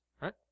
right